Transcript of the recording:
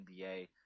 NBA